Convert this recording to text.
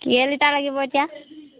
কেইলিটাৰ লাগিব এতিয়া